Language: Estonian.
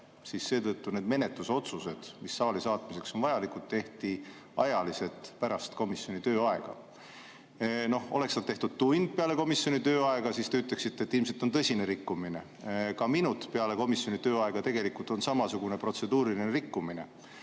siis seetõttu need menetlusotsused, mis saali saatmiseks on vajalikud, tehti ajaliselt pärast komisjoni tööaega. Oleks need tehtud tund peale komisjoni tööaega, siis te ütleksite, et ilmselt on tõsine rikkumine. Ka minut peale komisjoni tööaega on tegelikult samasugune protseduuriline rikkumine.